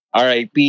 RIP